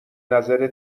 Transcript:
نظر